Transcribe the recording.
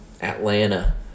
Atlanta